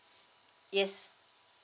yes